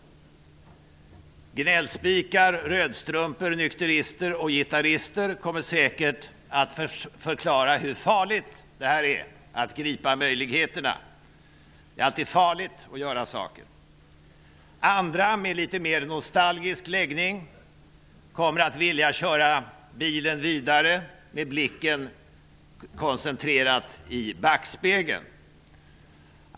Gnällspikar, rödstrumpor, nykterister och gitarrister kommer säkert att föklara hur farligt det är att ''gripa'' möjligheterna och att det är farligt att göra saker. Andra med litet mer nostalgisk läggning kommer att vilja köra bilen vidare med blicken koncentrerad i backspegeln.